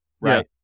Right